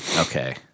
Okay